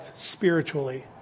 spiritually